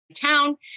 town